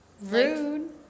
Rude